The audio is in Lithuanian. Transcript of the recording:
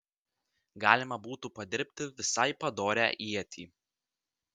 galima būtų padirbti visai padorią ietį